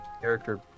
character